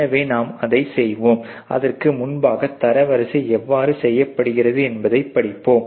எனவே நாம் அதை செய்வோம் அதற்கு முன்பாக தரவரிசை எவ்வாறு செய்யப்படுகிறது என்பதை படிப்போம்